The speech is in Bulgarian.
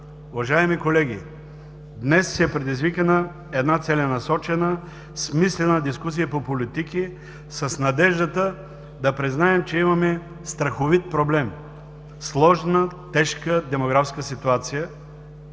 Уважаеми колеги, днес е предизвикана една целенасочена, смислена дискусия по политики с надеждата да признаем, че имаме страховит проблем – сложна, тежка демографска ситуация.